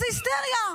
איזו היסטריה,